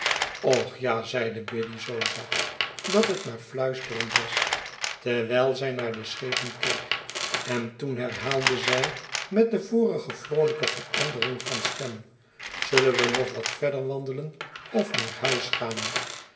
och ja zeide biddy zoo zacht dat het maar fluisterend was terwylzij naar de schepen keek en toen herhaalde zij met de vorige vroolijke verandering van stem zullen we nog wat verder wandelen of naar huis gaan